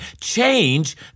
Change